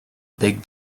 big